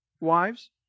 wives